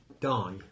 die